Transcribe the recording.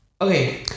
Okay